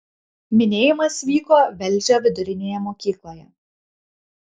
minėjimas vyko velžio vidurinėje mokykloje